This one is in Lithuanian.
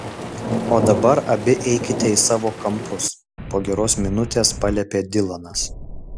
o dabar abi eikite į savo kampus po geros minutės paliepė dilanas